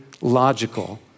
logical